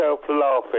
laughing